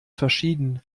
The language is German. verschieden